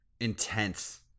intense